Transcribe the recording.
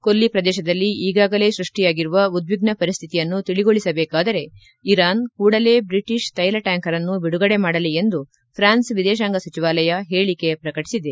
ಕೊಲ್ಲಿ ಪ್ರದೇಶದಲ್ಲಿ ಈಗಾಗಲೇ ಸೃಷ್ಟಿಯಾಗಿರುವ ಉದ್ವಿಗ್ನ ಪರಿಸ್ವಿತಿಯನ್ನು ತಿಳಿಗೊಳಿಸಬೇಕಾದರೆ ಇರಾನ್ ಕೂಡಲೇ ಬ್ರಿಟಿಷ್ ತೈಲ ಟ್ಯಾಂಕರ್ ಅನ್ನು ಬಿಡುಗಡೆ ಮಾಡಲಿ ಎಂದು ಫ್ರಾನ್ಸ್ ವಿದೇಶಾಂಗ ಸಚಿವಾಲಯ ಹೇಳಿಕೆ ಪ್ರಕಟಿಸಿದೆ